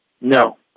No